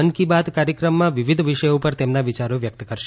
મન કી બાત કાર્યક્રમમાં વિવિધ વિષય ઉપર તેમના વિયારો વ્યક્ત કરશે